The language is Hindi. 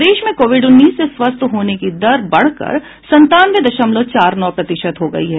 प्रदेश में कोविड उन्नीस से स्वस्थ होने की दर बढ़कर संतानवे दशमलव चार नौ प्रतिशत हो गई है